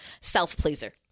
self-pleaser